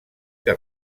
que